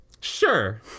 sure